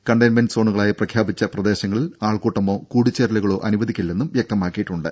containment സോണുകളായി പ്രഖ്യാപിച്ച പ്രദേശങ്ങളിൽ ആൾക്കൂട്ടമോ കൂടിച്ചേരലുകളോ അനുവദിക്കില്ലെന്നും വ്യക്തമാക്കിയിട്ടുണ്ട്